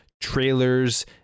trailers